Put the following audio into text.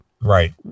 Right